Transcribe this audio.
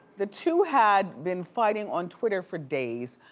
the two had been fighting on twitter for days.